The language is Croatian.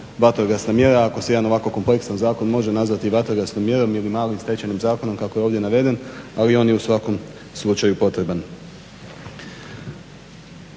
vatrogasna mjera ako se jedan ovako kompleksan zakon može nazvati vatrogasnom mjerom ili malim stečajnim zakonom kako je ovdje naveden ali je o u svakom slučaju potreban.